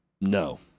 No